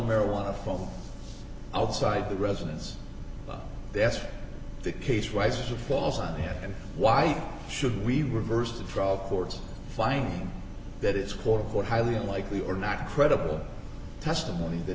marijuana from outside the residence but that's the case rises or falls on him and why should we reverse the trial court's finding that it's quote one highly unlikely or not credible testimony that